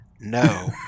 No